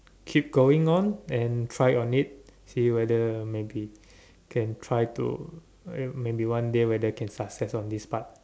keep going on and try on it see whether maybe can try to uh maybe one day maybe whether can success on this part